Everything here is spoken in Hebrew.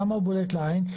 למה הוא בולט לעין?